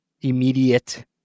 immediate